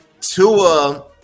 Tua